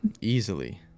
Easily